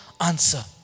answer